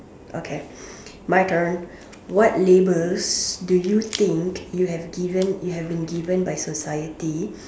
okay my turn what labels do you think you have given you have been given by society